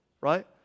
right